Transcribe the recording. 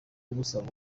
busaba